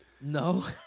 No